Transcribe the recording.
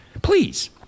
Please